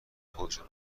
خودشان